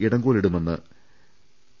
ഇടങ്കോലിടുമെന്ന് P